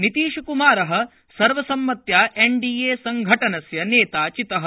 नीतीशक्मारः सर्वसम्मत्या एनडीएसङ्घटनस्य नेता चितः